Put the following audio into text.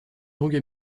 longue